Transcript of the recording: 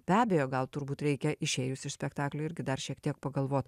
be abejo gal turbūt reikia išėjus iš spektaklio irgi dar šiek tiek pagalvot